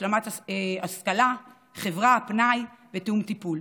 השלמת השכלה, חברה, פנאי ותיאום טיפול.